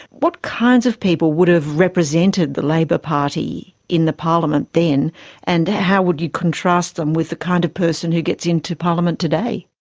what kinds of people would have represented the labor party in the parliament then and how would you contrast them with the kind of person who gets into parliament today?